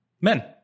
men